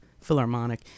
Philharmonic